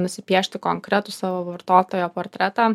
nusipiešti konkretų savo vartotojo portretą